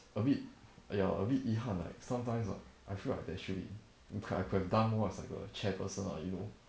a bit ya a bit 遗憾 like sometimes like I feel like actually I could have done more as like a chairperson or you know